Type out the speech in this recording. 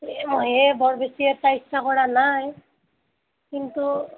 এই মইহে বৰ বেছি এটা ইচ্ছা কৰা নাই কিন্তু